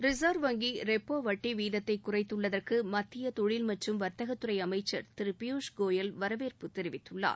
reserve வங்கி repo வட்டி வீதத்தை குறைத்துள்ளதற்கு மத்திய தொழில் மற்றும் வர்த்தகத்துறை அமைச்சர் திரு பியூஷ்கோயல் வரவேற்பு தெரிவித்துள்ளார்